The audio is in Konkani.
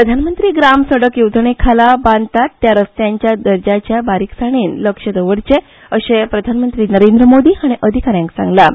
प्रधानमंत्री ग्राम सडक येवजणे खाला बांदतात त्या रस्त्यांच्या दर्जाचेर बारीकसाणीन लक्ष दवरचें अशें प्रधानमंत्री नरेंद्र मोदी हांणी अधिकाऱ्यांक सांगलां